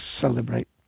celebrate